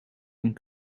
een